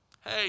hey